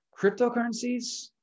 cryptocurrencies